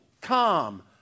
calm